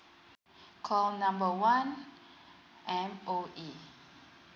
call number one M_O_E